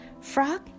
Frog